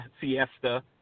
siesta